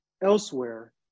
elsewhere